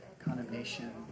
condemnation